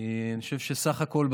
סך הכול,